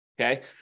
okay